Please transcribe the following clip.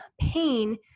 pain